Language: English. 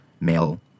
male